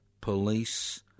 police